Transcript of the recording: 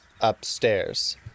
upstairs